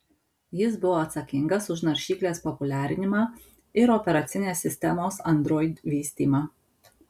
jis buvo atsakingas už naršyklės populiarinimą ir operacinės sistemos android vystymą